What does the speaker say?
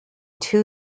two